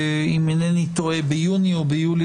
אם אינני טועה ביוני או ביולי